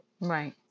right